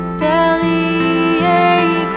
bellyache